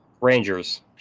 Rangers